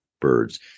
birds